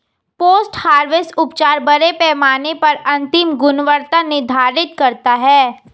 post harvest उपचार बड़े पैमाने पर अंतिम गुणवत्ता निर्धारित करता है